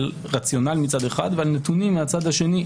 על רציונל מצד אחד ועל נתונים מהצד השני,